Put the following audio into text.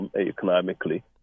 economically